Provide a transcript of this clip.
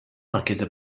marchese